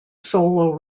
solo